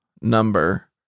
number